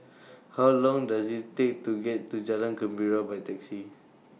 How Long Does IT Take to get to Jalan Gembira By Taxi